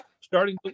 starting